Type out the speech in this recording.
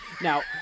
Now